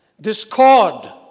Discord